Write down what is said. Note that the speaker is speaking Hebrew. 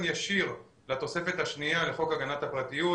ישיר לתוספת השנייה לחוק הגנת הפרטיות,